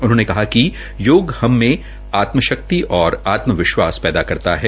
उन्होंने कहा िक योग हममें आत्मशक्ति और आत्मविश्वास पैदा करता है